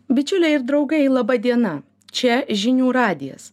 bičiuliai ir draugai laba diena čia žinių radijas